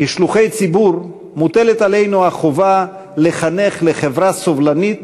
כשלוחי הציבור מוטלת עלינו החובה לחנך לחברה סובלנית,